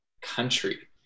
country